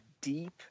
deep